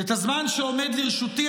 את הזמן שעומד לרשותי,